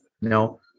no